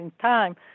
time